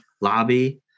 lobby